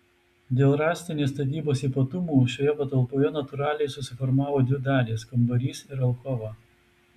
dėl rąstinės statybos ypatumų šioje patalpoje natūraliai susiformavo dvi dalys kambarys ir alkova